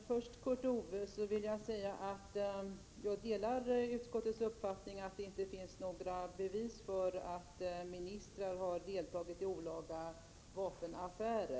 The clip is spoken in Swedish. Herr talman! Först vill jag säga till Kurt Ove Johansson att jag delar utskottets uppfattning att det inte finns några bevis för att ministrar skulle ha deltagit i olaga vapenaffärer.